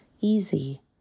easy